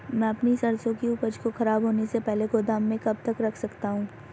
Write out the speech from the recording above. मैं अपनी सरसों की उपज को खराब होने से पहले गोदाम में कब तक रख सकता हूँ?